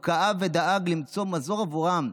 הוא כאב ודאג למצוא מזור עבורם.